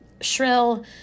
Shrill